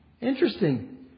Interesting